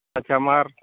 ᱟᱪᱷᱟ ᱢᱟᱨ